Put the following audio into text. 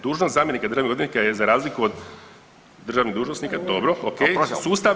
Dužnost zamjenika državnog odvjetnika je za razliku od državnih dužnosnika, dobro ok, sustav